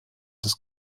des